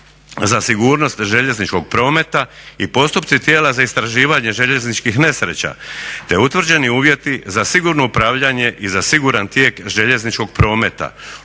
za sigurnost željezničkog prometa i postupci tijela za istraživanje željezničkih nesreća, te utvrđeni uvjeti za sigurno upravljanje i za siguran tijek željezničkog prometa,